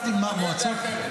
אני יודע אחרת.